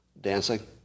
Dancing